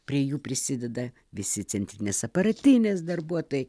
prie jų prisideda visi centrinės aparatinės darbuotojai